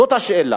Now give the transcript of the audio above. זאת השאלה.